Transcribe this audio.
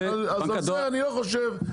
אז על זה אני לא חושב שאפשר להתווכח.